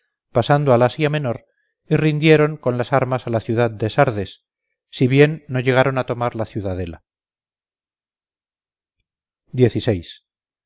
pasaron al asia menor y rindieron con las armas a la ciudad de sardes si bien no llegaron a tomar la ciudadela